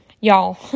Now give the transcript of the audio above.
y'all